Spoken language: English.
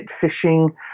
fishing